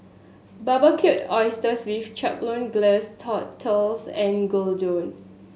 Barbecued Oysters with Chipotle Glaze Tortillas and Gyudon